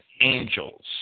angels